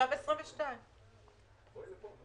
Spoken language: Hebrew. עכשיו 14:22. לא, זה בסדר.